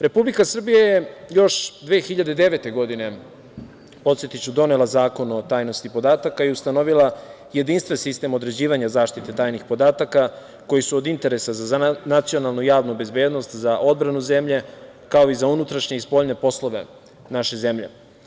Republika Srbija je još 2009. godine, podsetiću, donela Zakon o tajnosti podataka i ustanovila jedinstven sistem određivanja zaštite tajnih podataka koji su od interesa za nacionalnu i javnu bezbednost, za odbranu zemlje, kao i za unutrašnje i spoljne poslove naše zemlje.